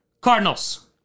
Cardinals